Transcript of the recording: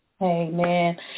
Amen